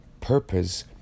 purpose